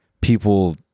people